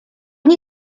nie